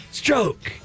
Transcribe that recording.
stroke